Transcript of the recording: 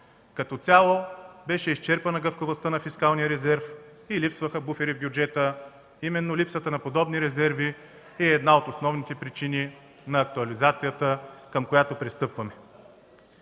Като цяло беше изчерпана гъвкавостта на фискалния резерв и липсваха буфери в бюджета. Именно липсата на подобни резерви е една от основните причини на актуализацията, към която пристъпваме.